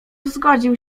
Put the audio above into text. zgodził